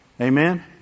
Amen